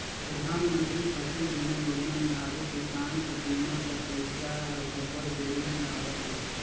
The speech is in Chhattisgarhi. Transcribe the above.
परधानमंतरी फसिल बीमा योजना में आघु किसान कर बीमा कर पइसा हर अब्बड़ देरी में आवत रहिस